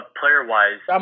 player-wise